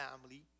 family